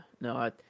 no